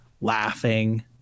laughing